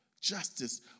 justice